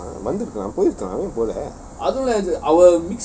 வந்துருக்கலாம் போய் இருக்கலாம்:wanthurukkalaam poi irukkalaam